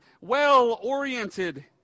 well-oriented